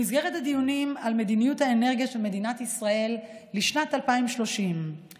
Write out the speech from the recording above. במסגרת הדיונים על מדיניות האנרגיה של מדינת ישראל לשנת 2030 דרשתי